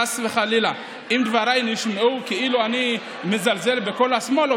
חס וחלילה אם דבריי נשמעו כאילו אני מזלזל בכל השמאל.